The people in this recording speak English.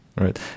right